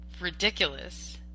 ridiculous